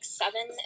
seven